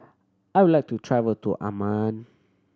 I would like to travel to Amman